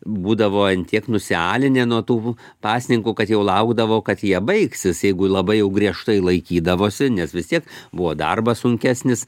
būdavo ant tiek nusialinę nuo tų pasninkų kad jau laukdavo kad jie baigsis jeigu labai jau griežtai laikydavosi nes vis tiek buvo darbas sunkesnis